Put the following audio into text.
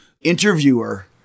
interviewer